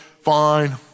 fine